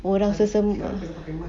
orang selsema ah